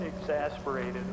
exasperated